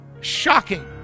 Shocking